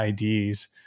IDs